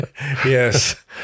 Yes